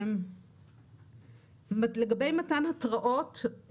לגבי מתן התראות,